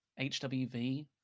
HWV